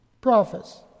prophets